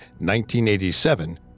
1987